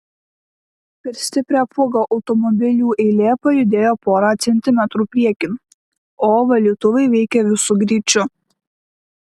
per stiprią pūgą automobilių eilė pajudėjo porą centimetrų priekin o valytuvai veikė visu greičiu